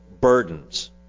burdens